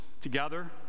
together